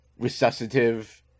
resuscitative –